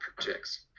projects